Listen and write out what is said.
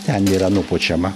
ten yra nupučiama